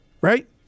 Right